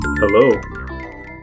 Hello